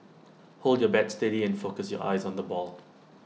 hold your bat steady and focus your eyes on the ball